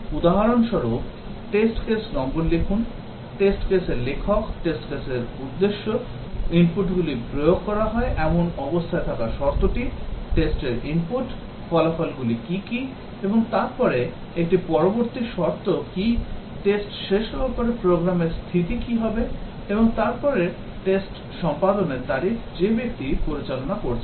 উদাহরণস্বরূপ test case নম্বর লিখুন test case এর লেখক test র উদ্দেশ্য input গুলি প্রয়োগ করা হয় এমন অবস্থায় থাকা শর্তটি test র input ফলাফলগুলি কী কী এবং তারপরে একটি পরবর্তী শর্ত কী test শেষ হওয়ার পরে প্রোগ্রামের স্থিতি কী হবে এবং তারপরে test সম্পাদনের তারিখ যে ব্যক্তি পরিচালনা করছেন